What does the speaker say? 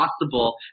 possible